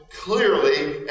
clearly